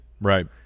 Right